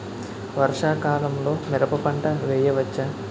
వర్షాకాలంలో మిరప పంట వేయవచ్చా?